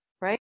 right